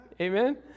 Amen